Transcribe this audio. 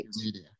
media